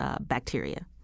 bacteria